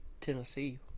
Tennessee